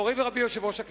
מורי ורבי יושב-ראש הכנסת,